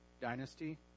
dynasty